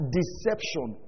deception